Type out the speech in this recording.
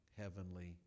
heavenly